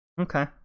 Okay